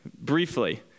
briefly